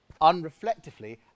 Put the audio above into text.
unreflectively